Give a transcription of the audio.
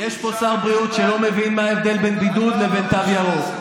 תוסיף להם עוד איזה 20 מיליון.